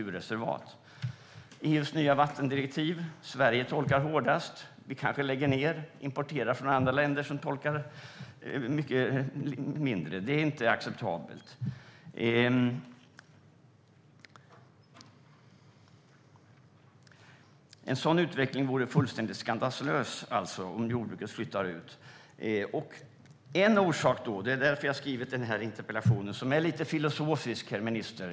Sverige tolkar EU:s nya vattendirektiv hårdast. Vi kanske kommer att lägga ned och i stället importera från andra länder som inte tolkar lika strikt. Det är inte acceptabelt. En utveckling som leder till att jordbruket flyttar ut vore skandalös. Jag erkänner att interpellationen är lite filosofisk, herr minister.